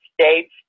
States